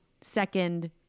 second